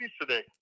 today